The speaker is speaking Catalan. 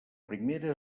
primera